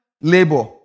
labor